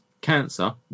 cancer